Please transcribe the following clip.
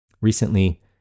Recently